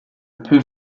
peu